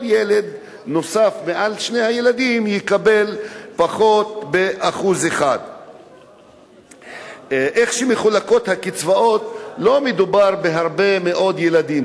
כל ילד נוסף מעל שני הילדים יקבל פחות 1%. לא מדובר בהרבה מאוד ילדים.